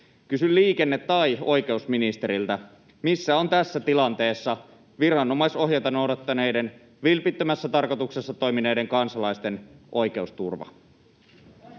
Kysyn liikenne- tai oikeusministeriltä: missä on tässä tilanteessa viranomaisohjeita noudattaneiden, vilpittömässä tarkoituksessa toimineiden kansalaisten oikeusturva?